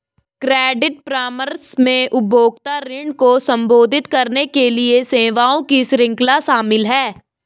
credit परामर्श में उपभोक्ता ऋण को संबोधित करने के लिए सेवाओं की श्रृंखला शामिल है